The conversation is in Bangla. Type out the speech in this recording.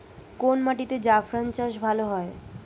কোন মাটিতে জাফরান চাষ ভালো হয়?